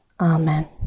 Amen